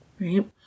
right